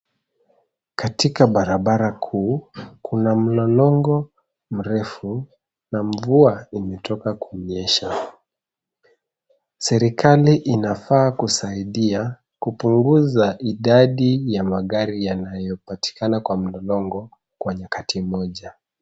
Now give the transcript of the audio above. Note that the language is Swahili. Katika barabara kuu, kuna mlolongo mrefu na mvua imetoka kunyesha. Serikali inafaa kusaidia kupunguza idadi ya magari yanayopatikana kwa mlolongo kwa wakati mmoja.